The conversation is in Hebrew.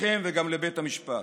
לכם וגם לבית המשפט.